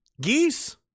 Geese